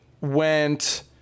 went